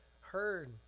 heard